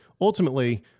ultimately